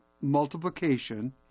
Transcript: multiplication